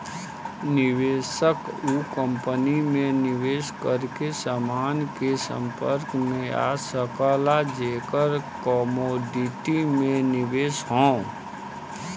निवेशक उ कंपनी में निवेश करके समान के संपर्क में आ सकला जेकर कमोडिटी में निवेश हौ